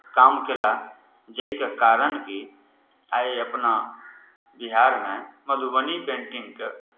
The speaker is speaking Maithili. काम कयला जाहिके कारण कि आइ अपना बिहारमे मधुबनी पेन्टिंगके